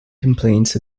complaints